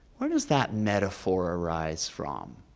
where does that metaphor arise from?